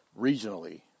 regionally